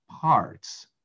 parts